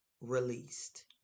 released